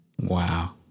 Wow